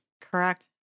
Correct